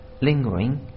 lingering